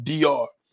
DR